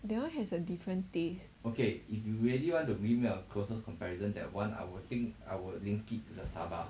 that one has a different taste